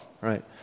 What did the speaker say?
right